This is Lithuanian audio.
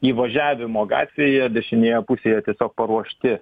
įvažiavimo gatvėje dešinėje pusėje tiesiog paruošti